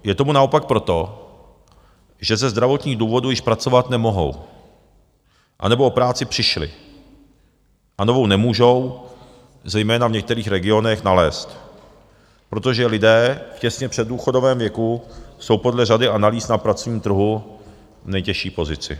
Je tomu naopak proto, že ze zdravotních důvodů již pracovat nemohou a nebo o práci přišli a novou nemůžou zejména v některých regionech nalézt, protože lidé v těsně předdůchodovém věku jsou podle řady analýz na pracovním trhu v nejtěžší pozici.